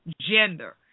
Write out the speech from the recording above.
gender